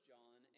John